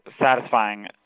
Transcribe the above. satisfying